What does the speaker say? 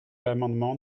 l’amendement